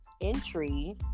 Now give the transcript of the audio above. entry